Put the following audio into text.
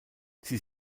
sie